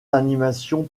animations